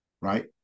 right